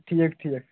ٹھیٖک ٹھیٖک